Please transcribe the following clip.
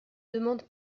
demande